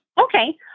Okay